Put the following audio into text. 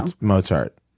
Mozart